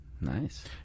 Nice